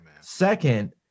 Second